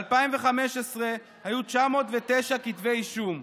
ב-2015 היו 909 כתבי אישום.